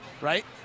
Right